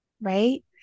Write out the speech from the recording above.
right